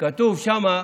כתוב שם,